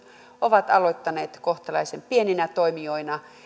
ovat aloittaneet kohtalaisen pieninä toimijoina